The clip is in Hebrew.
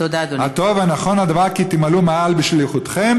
הטוב, הנכון הדבר כי תמעלו מעל בשליחותכם?"